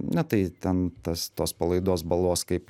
na tai ten tas tos palaidos balos kaip